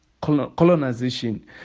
colonization